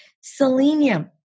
Selenium